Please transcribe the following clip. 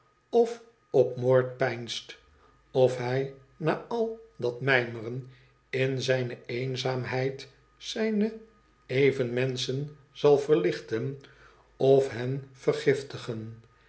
of op moord peinst of hij na al dat mijmeren in zijne eenzaamheid zijne evenmenschen zal verlichten of hen vergiftigen